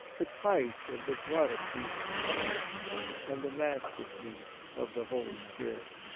the price of the blood of jesus christ and the masterpiece of the holy spirit.